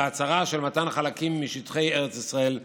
הצהרה של מתן חלקים משטחי ארץ ישראל לפלסטינים.